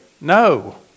No